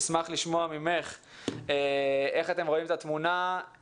נשמח לשמוע ממך כיצד אתם רואים את התמונה,